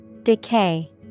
Decay